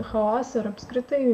chaose ir apskritai